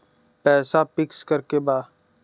पैसा पिक्स करके बा?